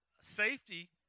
Safety